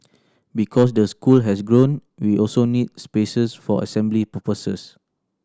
because the school has grown we also need spaces for assembly purposes